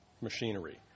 machinery